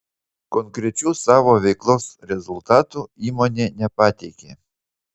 konkrečių savo veiklos rezultatų įmonė nepateikė